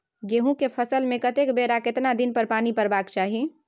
गेहूं के फसल मे कतेक बेर आ केतना दिन पर पानी परबाक चाही?